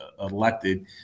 elected